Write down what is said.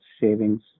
savings